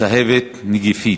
צהבת נגיפית,